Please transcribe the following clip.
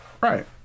right